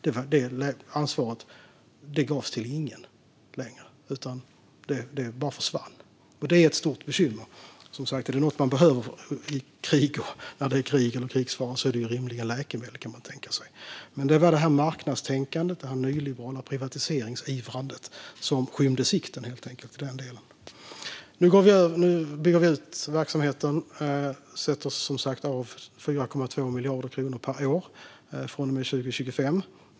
Det ansvaret gavs till ingen. Det bara försvann, och det är ett stort bekymmer. Som sagt: Är det något man behöver när det är krig eller krigsfara är det rimligen läkemedel. Men det var det här marknadstänkandet, det här nyliberala privatiseringsivrandet, som helt enkelt skymde sikten i den delen. Nu bygger vi ut verksamheten. Vi sätter som sagt av 4,2 miljarder per år från och med 2025.